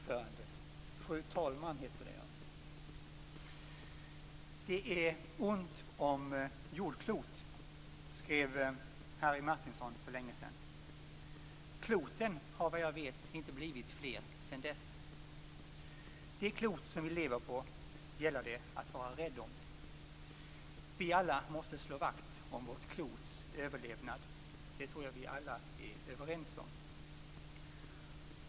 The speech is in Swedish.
Fru talman! "Det är ont om jordklot" skrev Harry Martinsson för länge sedan. Kloten har, vad jag vet, inte blivit fler sedan dess. Det klot vi lever på gäller det att vara rädd om. Vi måste alla slå vakt om vårt klots överlevnad, det tror jag vi är överens om.